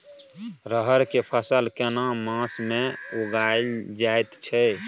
रहर के फसल केना मास में उगायल जायत छै?